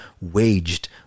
waged